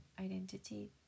identity